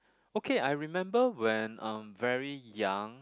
okay I remember when I'm very young